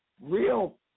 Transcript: real